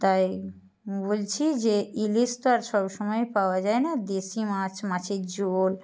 তাই বলছি যে ইলিশ তো আর সব সময় পাওয়া যায় না দেশি মাছ মাছের ঝোল